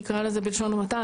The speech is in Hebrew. נקרא לזה בלשון המעטה.